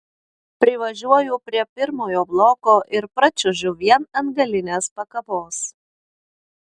privažiuoju prie pirmojo bloko ir pračiuožiu vien ant galinės pakabos